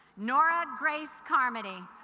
nora grace carmody